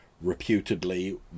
reputedly